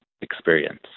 experience